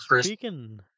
speaking